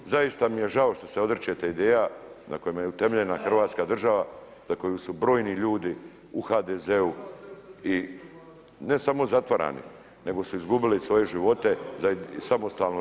Eto, zaista mi je žao što se odričete ideja na kojima je utemeljena Hrvatska država za koju su brojni ljudi u HDZ-u i ne samo zatvarani nego su izgubili svoje život za samostalnu RH.